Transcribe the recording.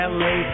la